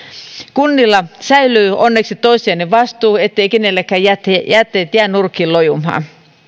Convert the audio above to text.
kunnilla säilyy onneksi toissijainen vastuu etteivät kenelläkään jätteet jää nurkkiin lojumaan